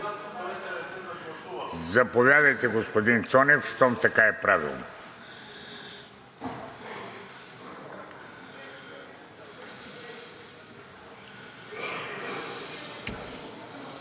Заповядайте, господин Цонев, щом така е правилно.